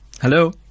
Hello